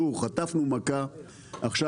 חטפנו מכה עכשיו,